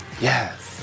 Yes